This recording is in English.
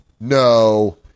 No